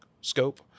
scope